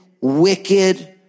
wicked